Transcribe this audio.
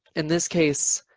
in this case,